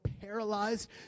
paralyzed